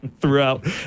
throughout